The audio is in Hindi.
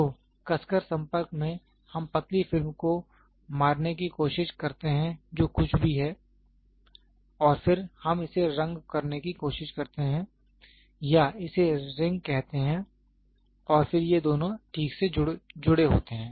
तो कसकर संपर्क में हम पतली फिल्म को मारने की कोशिश करते हैं जो कुछ भी है और फिर हम इसे रंग करने की कोशिश करते हैं या इसे रिंग कहते हैं और फिर ये दोनों ठीक से जुड़े होते हैं